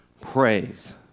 praise